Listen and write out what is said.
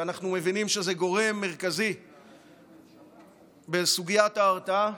אנחנו מבינים שזה גורם מרכזי בסוגיית ההרתעה,